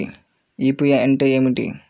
UPI అంటే ఏమిటి?